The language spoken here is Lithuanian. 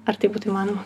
ar tai būtų įmanoma